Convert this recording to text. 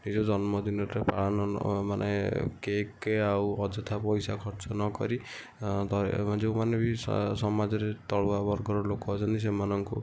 ନିଜ ଜନ୍ମ ଦିନଟା ପାଳନ ନ ମାନେ କେକ୍ ଆଉ ଅଯଥା ପଇସା ଖର୍ଚ୍ଚ ନକରି ଯେଉଁମାନେ ବି ସମାଜରେ ତଳୁଆ ବର୍ଗର ଲୋକ ଅଛନ୍ତି ସେମାନଙ୍କୁ